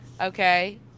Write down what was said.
Okay